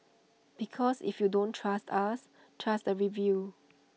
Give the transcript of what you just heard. because if you don't trust us trust the reviews